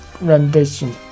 rendition